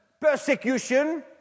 persecution